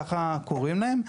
ככה קוראים להן.